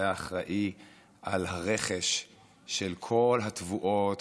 והיה אחראי על הרכש של כל התבואות,